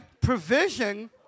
provision